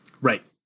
Right